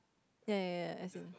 ya ya ya as in